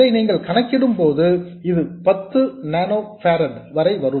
இதை நீங்கள் கணக்கிடும்போது இது பத்து நேனோ பாரெட் வரை வரும்